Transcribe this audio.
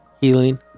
healing